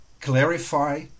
Clarify